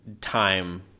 time